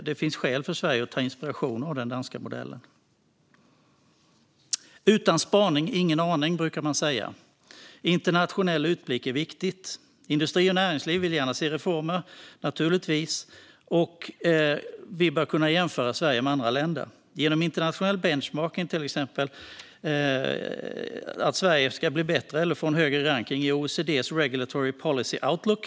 Det finns skäl för Sverige att hämta inspiration från den danska modellen. Utan spaning ingen aning, brukar man säga. Internationell utblick är viktigt. Industri och näringsliv vill naturligtvis gärna se reformer, och vi bör kunna jämföra Sverige med andra länder. Genom internationell benchmarking, till exempel, kan Sverige bli bättre och få en högre rankning i OECD:s Regulatory Policy Outlook.